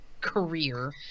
career